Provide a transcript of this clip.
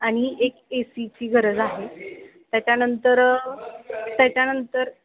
आणि एक ए सीची गरज आहे त्याच्यानंतर त्याच्यानंतर